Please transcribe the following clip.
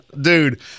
dude